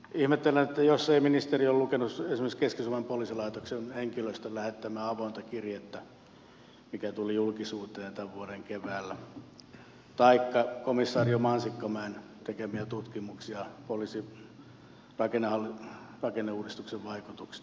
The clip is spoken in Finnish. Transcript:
ihmettelen jos ei ministeri ole lukenut esimerkiksi keski suomen poliisilaitoksen henkilöstön lähettämää avointa kirjettä mikä tuli julkisuuteen tämän vuoden keväällä taikka komisario mansikkamäen tekemiä tutkimuksia poliisin rakenneuudistuksen vaikutuksista kenttätyöhön